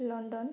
London